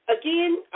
Again